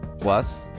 Plus